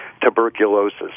tuberculosis